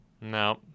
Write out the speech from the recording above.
No